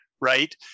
right